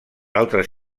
altres